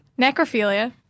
necrophilia